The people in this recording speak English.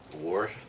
war